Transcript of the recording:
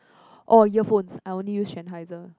oh earphones I only use Sennheiser